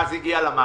הגז הגיע למאפייה?